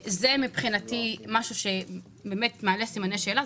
מבחינתי זה משהו שמעלה סימני שאלה.